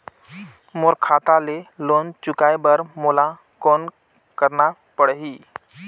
मोर खाता ले लोन चुकाय बर मोला कौन करना पड़ही?